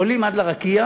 עולים עד לרקיע,